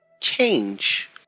change